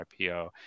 IPO